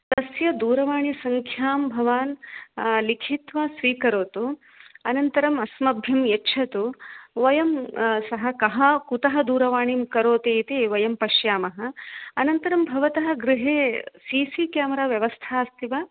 तस्य दूरवाणीसङ्ख्यां भवान् लिखित्वा स्वीकरोतु अनन्तरम् अस्मभ्यं यच्छतु वयं सः कः कुतः दूरवाणीं करोति इति वयं पश्यामः अनन्तरं भवतः गृहे सि सि केमेरा व्यवस्था अस्ति वा